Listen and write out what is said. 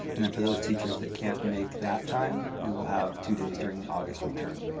and then for those teachers that can't make that time, we will have two days during the august return.